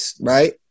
right